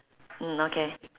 mm okay